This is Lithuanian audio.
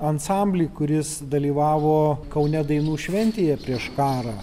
ansamblį kuris dalyvavo kaune dainų šventėje prieš karą